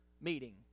meeting